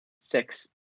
six